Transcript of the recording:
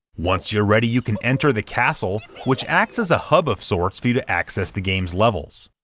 once you're ready, you can enter the castle, which acts as a hub of sorts for you to access the game's levels.